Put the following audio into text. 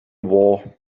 war